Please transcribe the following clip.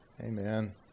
Amen